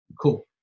cool